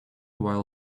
while